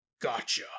gotcha